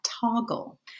toggle